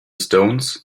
stones